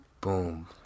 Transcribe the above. boom